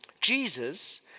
Jesus